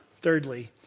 thirdly